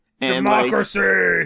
Democracy